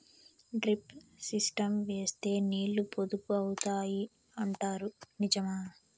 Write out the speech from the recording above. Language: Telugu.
డ్రిప్ సిస్టం వేస్తే నీళ్లు పొదుపు అవుతాయి అంటారు నిజమా?